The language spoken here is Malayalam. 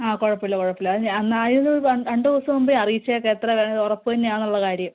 ആ കുഴപ്പം ഇല്ല കുഴപ്പം ഇല്ല അത് ഞാൻ ആയത് കൊണ്ട് രണ്ട് ദിവസം മുമ്പെ അറിയിച്ചേക്കാം എത്ര ഉറപ്പ്ത ന്നെയാണൊ എന്നുള്ള കാര്യം